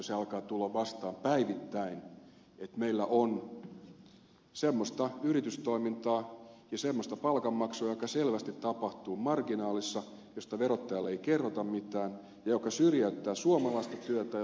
se alkaa tulla vastaan päivittäin että meillä on semmoista yritystoimintaa ja semmoista palkanmaksua joka selvästi tapahtuu marginaalissa josta verottajalle ei kerrota mitään ja joka syrjäyttää suomalaista työtä ja suomalaisia yrittäjiä